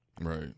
Right